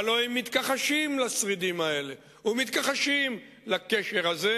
והלוא הם מתכחשים לשרידים האלה ומתכחשים לקשר הזה.